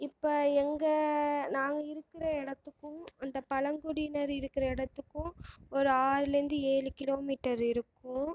இப்போ எங்கள் நாங்கள் இருக்கிற இடத்துக்கும் அந்த பழங்குடியினர் இருக்கிற இடத்துக்கும் ஒரு ஆறுலேருந்து ஏழு கிலோ மீட்டர் இருக்கும்